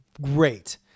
great